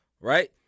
right